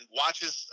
watches